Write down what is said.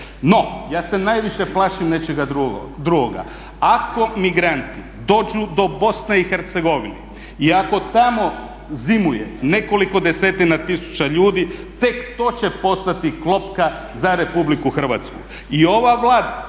No, ja se najviše plašim nečega drugoga, ako migranti dođu do BiH i ako tamo zimuje nekoliko desetina tisuća ljudi tek to će postati klopka za RH. I ova Vlada